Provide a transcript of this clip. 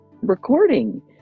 recording